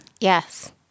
Yes